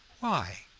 why,